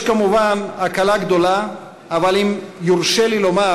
יש כמובן הקלה גדולה, אבל אם יורשה לי לומר,